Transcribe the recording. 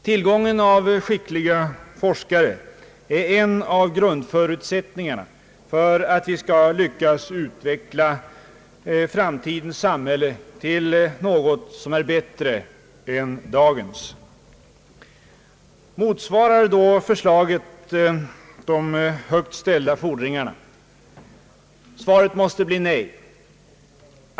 Tillgång på skickliga forskare är en av grundförutsättningarna för att vi skall lyckas utveckla framtidens samhälle till något som är bättre än dagens. Motsvarar då förslaget de högt ställda fordringarna? Svaret måste bli nej.